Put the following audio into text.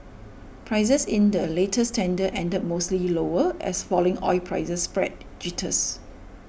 prices in the latest tender ended mostly lower as falling oil prices spread jitters